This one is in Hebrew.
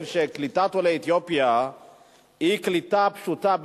שקליטת עולי אתיופיה היא קליטה פשוטה,